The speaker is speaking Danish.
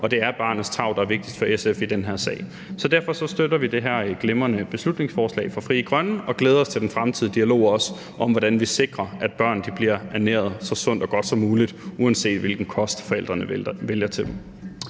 Og det er barnets tarv, der er vigtigst for SF i den her sag. Derfor støtter vi det her glimrende beslutningsforslag fra Frie Grønne og glæder os til den fremtidige dialog om, hvordan vi sikrer, at børn bliver ernæret så sundt og godt som muligt, uanset hvilken kost forældrene vælger til